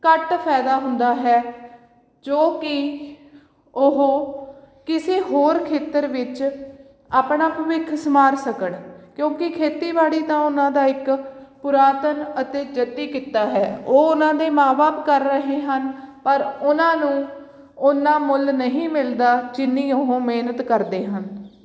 ਘੱਟ ਫਾਇਦਾ ਹੁੰਦਾ ਹੈ ਜੋ ਕਿ ਉਹ ਕਿਸੇ ਹੋਰ ਖੇਤਰ ਵਿੱਚ ਆਪਣਾ ਭਵਿੱਖ ਸੰਵਾਰ ਸਕਣ ਕਿਉਂਕਿ ਖੇਤੀਬਾੜੀ ਤਾਂ ਉਹਨਾਂ ਦਾ ਇੱਕ ਪੁਰਾਤਨ ਅਤੇ ਜੱਦੀ ਕਿੱਤਾ ਹੈ ਉਹ ਉਹਨਾਂ ਦੇ ਮਾਂ ਬਾਪ ਕਰ ਰਹੇ ਹਨ ਪਰ ਉਹਨਾਂ ਨੂੰ ਉਨਾਂ ਮੁੱਲ ਨਹੀਂ ਮਿਲਦਾ ਜਿੰਨੀ ਉਹ ਮਿਹਨਤ ਕਰਦੇ ਹਨ